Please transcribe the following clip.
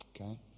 Okay